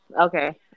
Okay